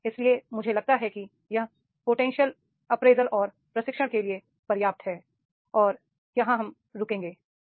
इसलिए मुझे लगता है कि यह पोटेंशियल अप्रेजल और प्रशिक्षण के लिए पर्याप्त है और यहां हम रुकेंगेIधन्यवाद